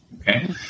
okay